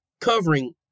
covering